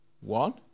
One